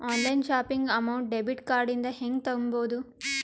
Online shopping amount debit card ಇಂದ ಹೆಂಗ್ ತುಂಬೊದು?